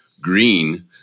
green